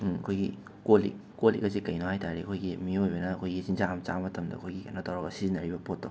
ꯑꯩꯈꯣꯏꯒꯤ colleague colleague ꯑꯁꯤ ꯀꯩꯅꯣ ꯍꯥꯏꯕ ꯇꯥꯔꯗꯤ ꯑꯩꯈꯣꯏꯒꯤ ꯃꯤꯑꯣꯏꯕꯅ ꯑꯩꯈꯣꯏꯒꯤ ꯆꯤꯟꯖꯥꯛ ꯑꯝ ꯆꯥꯕ ꯃꯇꯝꯗ ꯑꯩꯈꯣꯏꯒꯤ ꯀꯩꯅꯣ ꯇꯧꯔꯒ ꯁꯤꯖꯤꯟꯅꯔꯤꯕ ꯄꯣꯠꯇꯣ